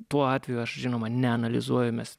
tuo atveju aš žinoma neanalizuoju mes